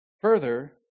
Further